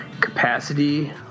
Capacity